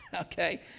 okay